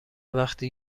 وقتی